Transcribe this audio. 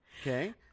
Okay